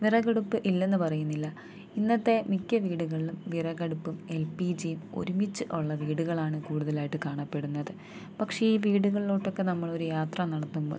വിറകടുപ്പ് ഇല്ലെന്നു പറയുന്നില്ല ഇന്നത്തെ മിക്ക വീടുകളിലും വിറകടുപ്പും എൽ പി ജിയും ഒരുമിച്ച് ഉള്ള വീടുകളാണ് കൂടുതലായിട്ട് കാണപ്പെടുന്നത് പക്ഷേ ഈ വീടുകളിലോട്ടൊക്കെ നമ്മളൊരു യാത്ര നടത്തുമ്പോൾ നമുക്ക്